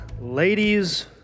Ladies